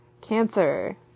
cancer